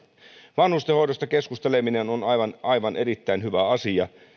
vanhustenhoidosta keskusteleminen on erittäin hyvä asia